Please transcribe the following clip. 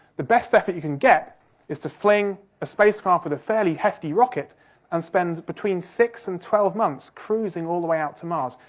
the best effort you can get is to fling a spacecraft with a fairly hefty rocket and spend between six and twelve months cruising all the way out to mars.